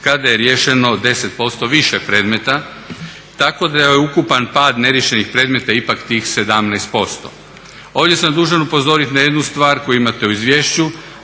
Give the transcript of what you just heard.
kada je riješeno 10% više predmeta. Tako da je ukupan pad neriješenih predmeta ipak tih 17%. Ovdje sam dužan upozoriti na jednu stvar koju imate u izvješću